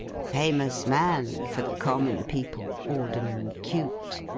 famous man for the common people, alderman cute!